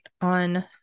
on